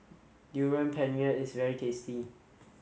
durian pengat is very tasty